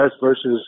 versus